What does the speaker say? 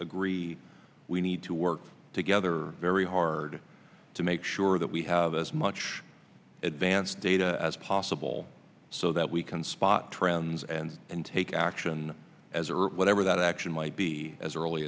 agree we need to work together very hard to make sure that we have as much advance data as possible so that we can spot trends and and take action as or whatever that action might be as early